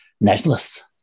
nationalists